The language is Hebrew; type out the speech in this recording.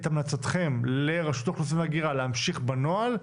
המלצתכם לרשות האוכלוסין וההגירה להמשיך בנוהל,